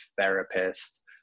therapist